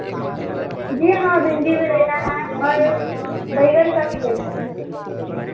जी हाँ भिंडी भी लेना है और बैंगन का भी लेना है